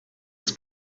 els